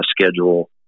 schedule